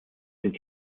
sind